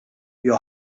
your